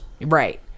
Right